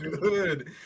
good